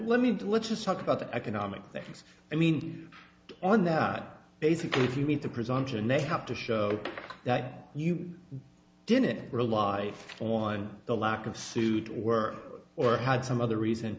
let me do let's just talk about the economic things i mean on that basically if you mean the presumption they have to show that you didn't rely on the lack of suit work or had some other reason